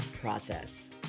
process